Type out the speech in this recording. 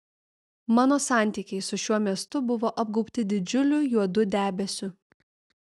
mano santykiai su šiuo miestu buvo apgaubti didžiuliu juodu debesiu